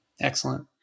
Excellent